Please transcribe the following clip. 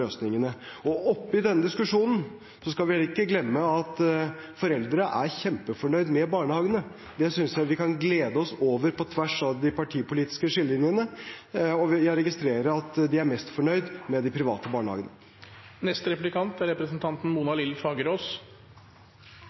løsningene. Oppi denne diskusjonen skal vi heller ikke glemme at foreldrene er kjempefornøyd med barnehagene. Det synes jeg vi kan glede oss over, på tvers av de partipolitiske skillelinjene. Og jeg registrerer at de er mest fornøyd med de private